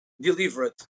delivered